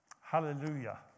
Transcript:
Hallelujah